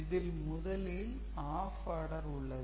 இதில் முதலில் app order உள்ளது